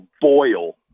boil